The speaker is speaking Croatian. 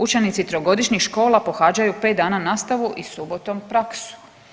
Učenici trogodišnjih škola pohađaju pet dana nastavu i subotom praksu.